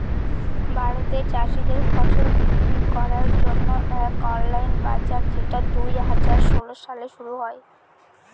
ভারতে চাষীদের ফসল বিক্রি করার জন্য এক অনলাইন বাজার যেটা দুই হাজার ষোলো সালে শুরু হয়